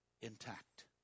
intact